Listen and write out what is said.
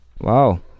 wow